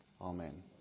Amen